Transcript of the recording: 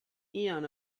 ian